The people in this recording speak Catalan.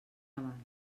abans